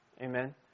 Amen